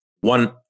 One